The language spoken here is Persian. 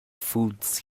فودز